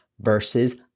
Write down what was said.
versus